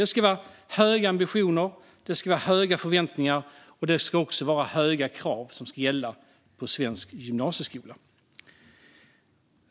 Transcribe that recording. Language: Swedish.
Det ska vara höga ambitioner, höga förväntningar och höga krav som ska gälla på svensk gymnasieskola.